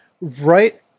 right